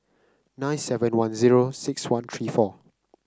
nine seven one zero six one three four